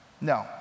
no